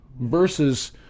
versus